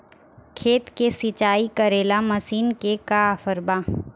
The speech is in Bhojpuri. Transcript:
खेत के सिंचाई करेला मशीन के का ऑफर बा?